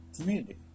community